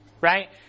right